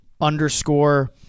underscore